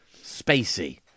spacey